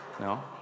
no